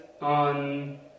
on